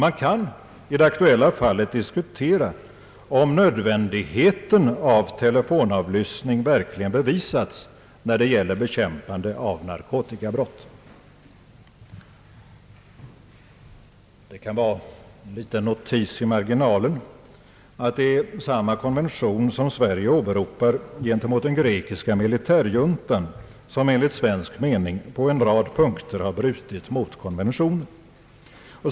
Man kan i detta aktuella fall diskutera om nödvändigheten av telefonavlyssning verkligen bevisats när det gäller bekämpningen av narkotikabrott. Som en liten notis i marginalen kan jag nämna att det är samma konvention som Sverige åberopar gentemot den grekiska militärjuntan, som enligt svensk mening på en rad punkter har brutit mot konventionen.